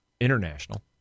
international